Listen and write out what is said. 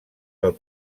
del